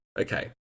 okay